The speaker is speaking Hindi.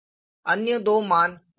अन्य दो मान 0 हैं